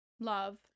Love